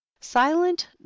silent